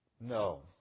No